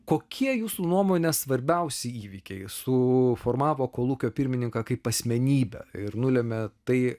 kokie jūsų nuomone svarbiausi įvykiai suformavo kolūkio pirmininką kaip asmenybę ir nulėmė tai